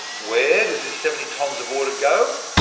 where does this seventy tonnes of water go?